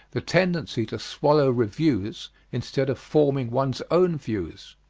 the tendency to swallow reviews instead of forming one's own views.